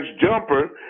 jumper